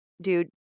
dude